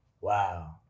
Wow